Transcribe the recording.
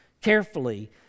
carefully